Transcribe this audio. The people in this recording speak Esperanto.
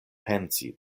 pensi